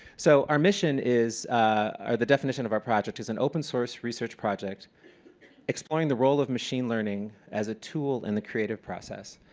so our mission is or the definition of our project is and open source research project exploring the role of machine learning as a tool in the creative process.